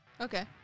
Okay